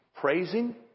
praising